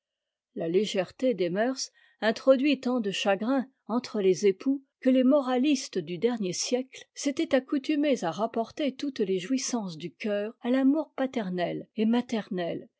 la légèreté des mœurs introduit tant de chagrins entre les époux que les moralistes du dernier siècle s'étaient accoutumés à rapporter toutes les jouissances du cœur à l'amour paternel et maternel